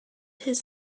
his